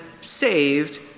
saved